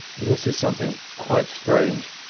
this is something quite strange.